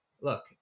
Look